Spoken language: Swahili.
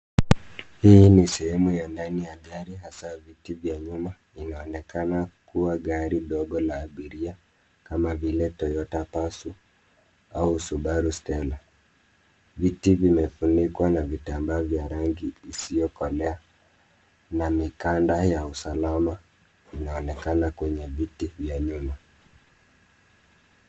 Hii ni sehemu ya ndani ya gari hasa viti vya nyuma inaonekana kuwa gari dogo la abiria kama vile Toyota Passo au Subaru Steller. Viti vimefunikwa na vitambaa vya rangi isiyo kolea na mikanda ya usalama inaonekana kwenye viti vya nyuma.